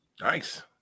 nice